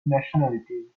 nationalities